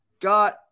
got